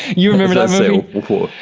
you remember that movie?